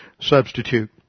substitute